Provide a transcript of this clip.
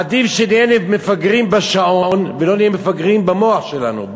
עדיף שנהיה מפגרים בשעון ולא נהיה מפגרים במוח שלנו,